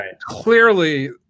clearly